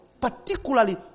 particularly